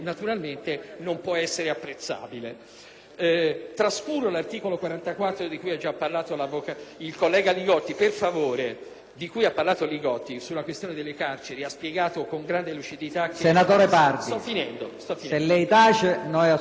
Senatore Pardi, se lei tace noi ascoltiamo quello che dice il senatore La Torre.